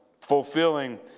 fulfilling